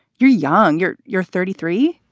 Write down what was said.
you're young, you're you're thirty three.